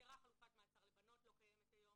נסגרה חלופת מעצר לבנות, לא קיימת היום.